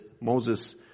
Moses